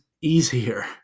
easier